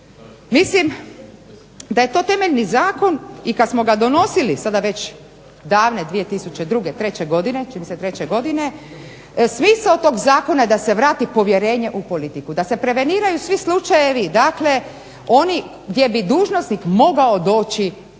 mislim da je to temeljni zakon i kad smo ga donosili sada već davne 2002., treće godine, čini mi se treće godine smisao tog zakona je da se vrati povjerenje u politiku, da se preveniraju svi slučajevi dakle oni gdje bi dužnosnik mogao doći